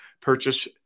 purchase